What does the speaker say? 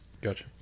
Gotcha